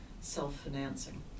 self-financing